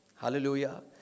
Hallelujah